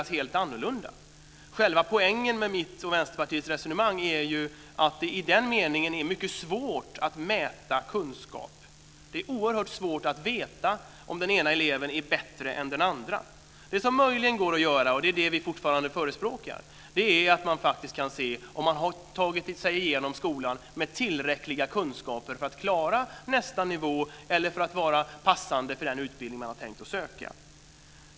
Själva poängen med mitt och Vänsterpartiets resonemang är ju att det i den meningen är mycket svårt att mäta kunskaper. Det är oerhört svårt att veta om den ena eleven är bättre än den andra. Det som möjligen går att göra, och det är det vi fortfarande förespråkar, är att man kan se om man har tagit sig igenom skolan med tillräckliga kunskaper för att klara nästa nivå eller för att vara passande för den utbildning man har tänkt att söka.